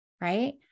Right